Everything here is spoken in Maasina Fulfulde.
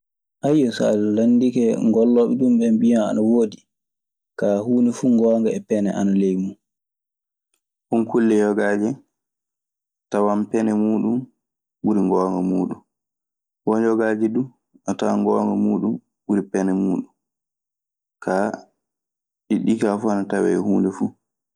so landike gollooɓe ɗun ɓee mbiyan ana woodi, kaa huunde fuu ngoonga e pene ana ley mun. Won kulle yogaaje tawan pene muuɗun ɓuri ngoonga muuɗun. Won yogaaji duu a tawan ngoonga muuɗun ɓuri pene muuɗun. Kaa, ɗiɗi ɗii kaa fuu ana tawee e huunde fuu.